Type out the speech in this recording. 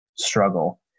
struggle